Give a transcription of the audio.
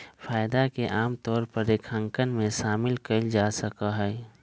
फायदा के आमतौर पर लेखांकन में शामिल कइल जा सका हई